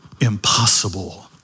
impossible